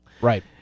Right